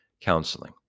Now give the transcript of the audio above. counseling